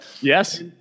Yes